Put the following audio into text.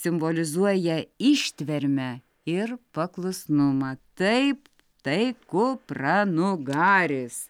simbolizuoja ištvermę ir paklusnumą taip tai ku pra nu ga ris